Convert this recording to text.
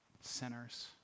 sinners